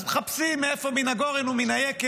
כל פעם